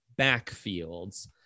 backfields